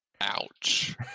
ouch